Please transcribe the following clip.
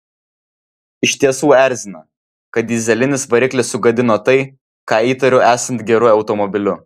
iš tiesų erzina kad dyzelinis variklis sugadino tai ką įtariu esant geru automobiliu